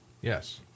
yes